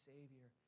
Savior